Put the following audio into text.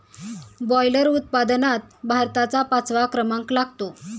boiler उत्पादनात भारताचा पाचवा क्रमांक लागतो